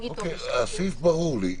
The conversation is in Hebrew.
הסעיף ברור לי.